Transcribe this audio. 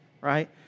right